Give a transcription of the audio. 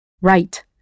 Right